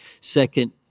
second